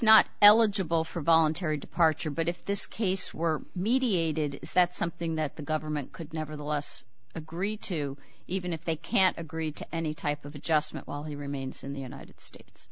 not eligible for voluntary departure but if this case were mediated is that something that the government could nevertheless agree to even if they can't agree to any type of adjustment while he remains in the united states